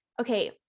okay